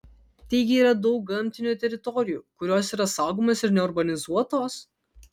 taigi yra daug gamtinių teritorijų kurios yra saugomos ir neurbanizuotos